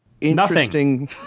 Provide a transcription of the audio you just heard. interesting